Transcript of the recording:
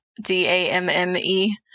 D-A-M-M-E